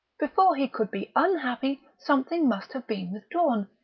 before he could be unhappy something must have been withdrawn,